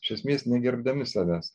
iš esmės negerbdami savęs